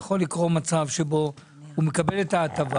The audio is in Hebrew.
יכול לקרוא מצב שבו הוא מקבל את ההטבה